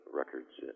records